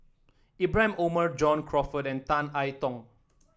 Ibrahim Omar John Crawfurd and Tan I Tong